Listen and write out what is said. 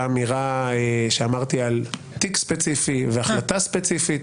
אמירה שאמרתי על תיק ספציפי והחלטה ספציפית,